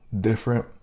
different